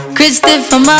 Christopher